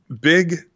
big